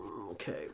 Okay